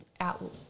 out